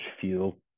fuel